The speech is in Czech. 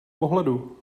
pohledu